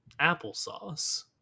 applesauce